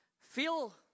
feel